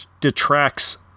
detracts